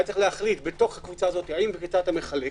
היה צריך להחליט בתוך הקבוצה הזו האם וכיצד אתה מחלק.